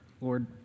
Lord